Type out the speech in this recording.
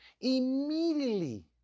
Immediately